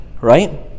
right